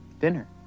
dinner